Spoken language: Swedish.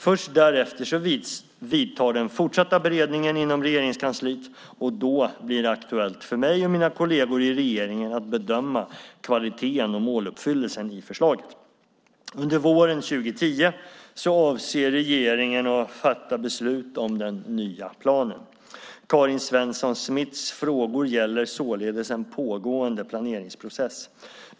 Först därefter vidtar den fortsatta beredningen inom Regeringskansliet, och då blir det aktuellt för mig och mina kolleger i regeringen att bedöma kvaliteten och måluppfyllelsen i förslaget. Under våren 2010 avser regeringen att fatta beslut om den nya planen. Karin Svensson Smiths frågor gäller således en pågående planeringsprocess.